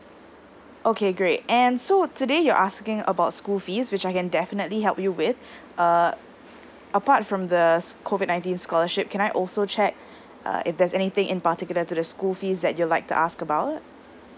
okay great and so today you're asking about school fees which I can definitely help you with err apart from the s~ COVID nineteen scholarship can I also check uh if there's anything in particular to the school fees that you'd like to ask about